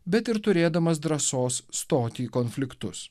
bet ir turėdamas drąsos stoti į konfliktus